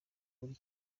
buri